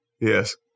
yes